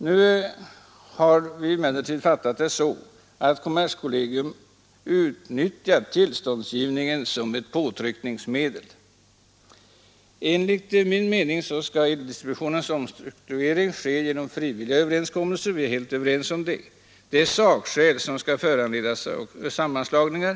Föreningarna har fattat det så att kommerskollegium utnyttjat tillståndsgivningen som ett påtryckningsmedel. Enligt min mening skall eldistributionens omstrukturering ske genom frivilliga överenskommelser, och vi är helt överens om att det är sakskäl som skall föranleda sammanslagningar.